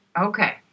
Okay